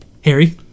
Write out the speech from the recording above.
Harry